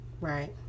Right